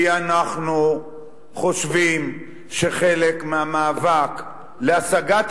כי אנחנו חושבים שחלק מהמאבק להשגת